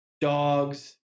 dogs